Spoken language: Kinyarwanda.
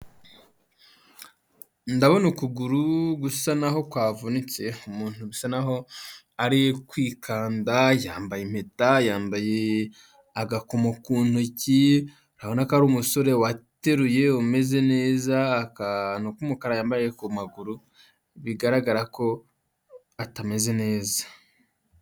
Ndabona ukuguru gusa n'aho kwavunitse, umuntu bisa n'aho ari kwikanda, yambaye impeta, yambaye agakoma ku ntoki, urabona ko ari umusore wateruye umeze neza, akantu k'umukara yambaye ku maguru bigaragara ko atameze neza.